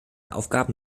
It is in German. aufgaben